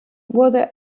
wurde